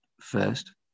first